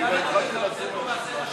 אתה עושה פה מעשה חשוב.